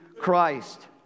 Christ